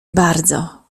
bardzo